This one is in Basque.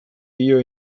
dio